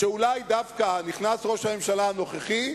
ייכנס ראש הממשלה הנוכחי,